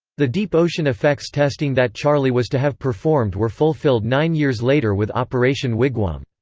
the deep ocean effects testing that charlie was to have performed were fulfilled nine years later with operation wigwam.